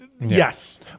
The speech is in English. Yes